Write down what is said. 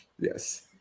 Yes